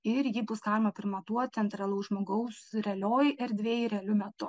ir jį bus galima primatuot ant realaus žmogaus realioj erdvėj realiu metu